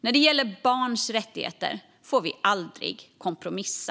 När det gäller barns rättigheter får vi aldrig kompromissa.